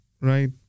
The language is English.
Right